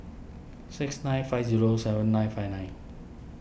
six nine five zero seven nine five nine